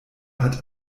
hat